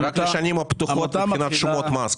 רק לשנים הפתוחות מבחינת שומות מס,